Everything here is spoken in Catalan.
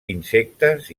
insectes